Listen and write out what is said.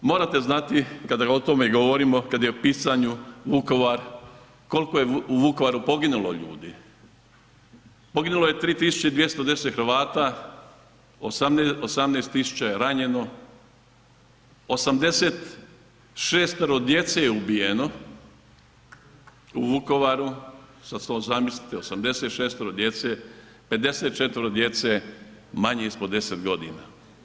Morate znati kada o tome govorimo kada je u pitanju Vukovar koliko je u Vukovaru poginulo ljudi, poginulo je 3.210 Hrvata, 18.000 je ranjeno, 86 djece je ubijeno u Vukovaru, sada zamislite 86 djece, 54 djece manje ispod 10 godina.